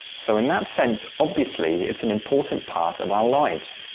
so in that sense obviously it's an important part of our lives.